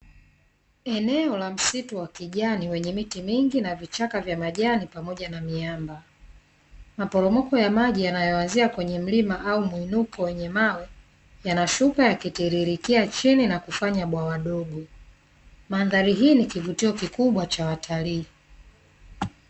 Eneo la msitu wa kijani wenye miti mingi na vichaka vya majani pamoja na miamba. Maporomoko ya maji yanayoanzia kwenye mlima au muinuko wenye mawe, yanashuka yakitiririkia chini na kufanya bwawa dogo. Mandhari hii ni kivutio kikubwa cha watalii.